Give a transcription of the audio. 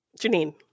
Janine